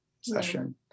session